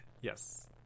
yes